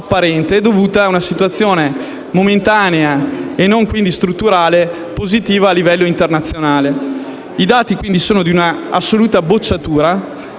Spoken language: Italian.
apparente e dovuta ad una situazione momentanea - e non quindi strutturale - positiva a livello internazionale. I dati, quindi, mostrano una assoluta bocciatura,